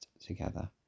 together